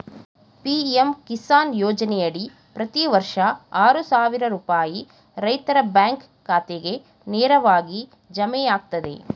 PM Kisan ಯೋಜನೆಯಡಿ ಪ್ರತಿ ವರ್ಷ ಆರು ಸಾವಿರ ರೂಪಾಯಿ ರೈತರ ಬ್ಯಾಂಕ್ ಖಾತೆಗೆ ನೇರವಾಗಿ ಜಮೆಯಾಗ್ತದೆ